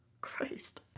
Christ